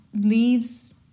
Leaves